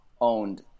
owned